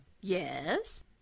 Yes